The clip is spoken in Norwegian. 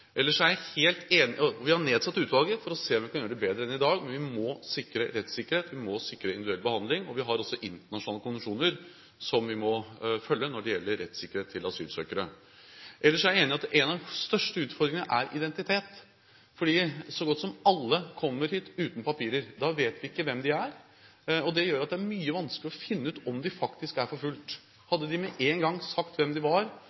Vi har nedsatt utvalget for å se om vi kan gjøre det bedre enn i dag, men vi må sikre rettssikkerheten, vi må sikre individuell behandling, og vi har også internasjonale konvensjoner som vi må følge når det gjelder rettssikkerhet til asylsøkere. Ellers er jeg enig i at en av de største utfordringene er identitet. Så godt som alle kommer hit uten papirer. Da vet vi ikke hvem de er, og det gjør at det er mye vanskeligere å finne ut om de faktisk er forfulgt. Hadde de med én gang sagt hvem de var,